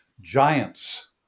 giants